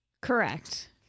Correct